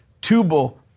Tubal